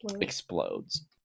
explodes